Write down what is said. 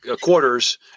quarters